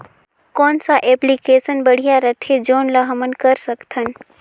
कौन सा एप्लिकेशन बढ़िया रथे जोन ल हमन कर सकथन?